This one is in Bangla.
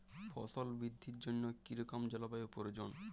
ফসল বৃদ্ধির জন্য কী রকম জলবায়ু প্রয়োজন?